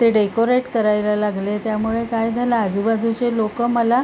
ते डेकोरेट करायला लागले त्यामुळे काय झालं आजूबाजूचे लोकं मला